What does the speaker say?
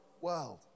world